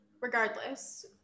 regardless